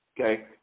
Okay